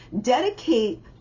dedicate